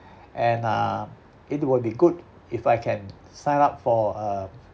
and uh it will be good if I can sign up for uh